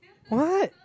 what